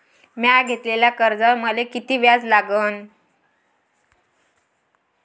म्या घेतलेल्या कर्जावर मले किती व्याज लागन?